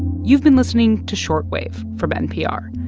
you've been listening to short wave from npr.